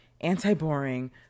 anti-boring